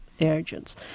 agents